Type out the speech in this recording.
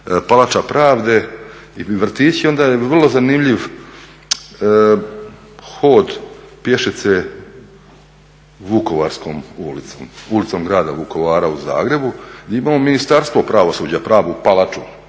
Palača pravde i vrtići onda je vrlo zanimljiv hod pješice Vukovarskom bolnicom, ulicom grada Vukovara u Zagrebu. Imamo Ministarstvo pravosuđa, pravu palaču,